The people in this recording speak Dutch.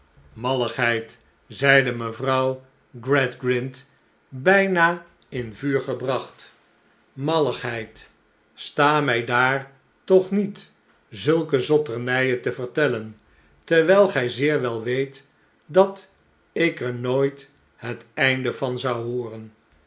malligheid zeide mevrouw gradgrind bijna in vuur gebracht malligheid sta mij daar toch niet zulke zotternijen te vertellen terwijl gij zeer wel weet dat ik er nooit het einde van zou hooren